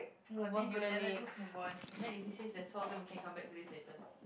continue ya let's just move on and then if he says that it's solved then we can come back to this later